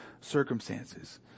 circumstances